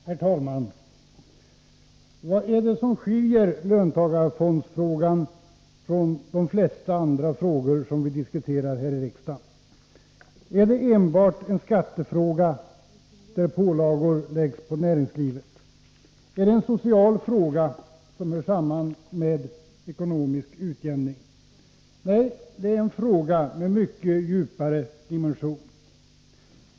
Herr talman! Vad är det som skiljer löntagarfondsfrågan från de flesta andra frågor som vi diskuterar här i riksdagen? Är det enbart en skattefråga, där pålagor läggs på näringslivet? Är det en social fråga som hör samman med ekonomisk utjämning? Nej, det är en fråga med en mycket djupare dimension.